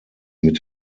mit